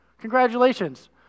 congratulations